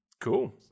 Cool